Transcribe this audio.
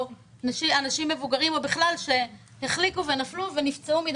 אנשים מבוגרים או כל האנשים שהחליקו ונפלו ונפצעו.